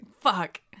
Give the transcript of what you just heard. Fuck